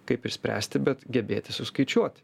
kaip išspręsti bet gebėti suskaičiuoti